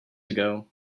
ago